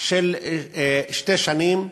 של שתי שנים,